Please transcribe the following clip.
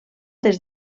des